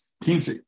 teams